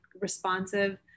responsive